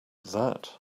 that